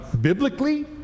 Biblically